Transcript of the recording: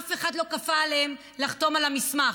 אף אחד לא כפה עליהם לחתום על המסמך.